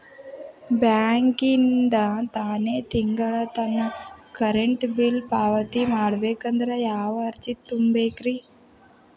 ಬ್ಯಾಂಕಿಂದ ತಾನ ತಿಂಗಳಾ ನನ್ನ ಕರೆಂಟ್ ಬಿಲ್ ಪಾವತಿ ಆಗ್ಬೇಕಂದ್ರ ಯಾವ ಅರ್ಜಿ ತುಂಬೇಕ್ರಿ?